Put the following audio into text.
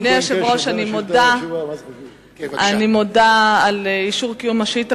אדוני היושב-ראש, אני מודה על אישור השאילתא.